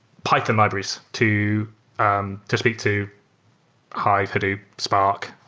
python libraries to um to speak to hive, hadoop, spark,